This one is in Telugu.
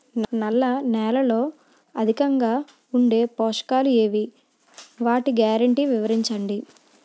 నల్ల నేలలో అధికంగా ఉండే పోషకాలు ఏవి? వాటి గ్యారంటీ వివరించండి?